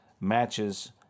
matches